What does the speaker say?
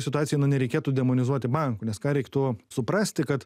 situacijoj nu nereikėtų demonizuoti bankų nes ką reiktų suprasti kad